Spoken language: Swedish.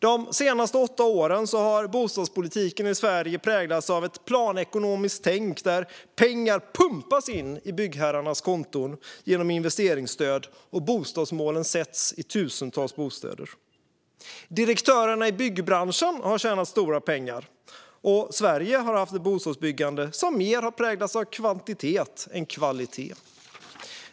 De senaste åtta åren har bostadspolitiken i Sverige präglats av ett planekonomiskt tänk, där pengar pumpas in på byggherrarnas konton genom investeringsstöd och bostadsmålen sätts i tusental bostäder. Direktörerna i byggbranschen har tjänat stora pengar, och Sverige har haft ett bostadsbyggande som präglats mer av kvantitet än av kvalitet.